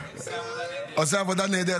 אי-אפשר להגיד שקיבלנו חוק מבושל מהאוצר,